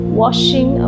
washing